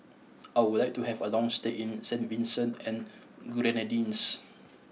I would like to have a long stay in Saint Vincent and Grenadines